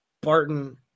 Barton